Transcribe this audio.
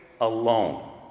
alone